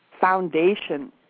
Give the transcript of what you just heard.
foundation